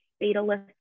fatalist